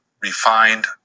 refined